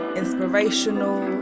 inspirational